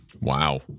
Wow